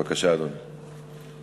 בבקשה, אדוני.